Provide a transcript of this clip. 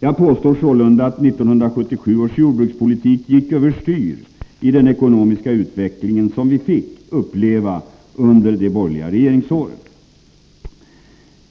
Jag påstår sålunda att 1977 års jordbrukspolitik gick överstyr i den ekonomiska utveckling som vi fick uppleva under de borgerliga regeringsåren.